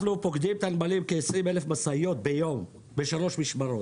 כ- 20,000 משאיות ביום פוקדות את הנמלים בשלוש משמרות.